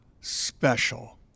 special